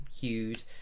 hued